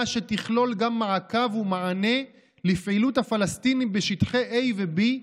שתכלול גם מעקב ומענה לפעילות הפלסטינים בשטחי A ו-B,